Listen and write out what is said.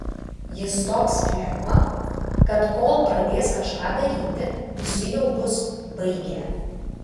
jis toks flegma kad kol pradės kažką daryti visi jau bus baigę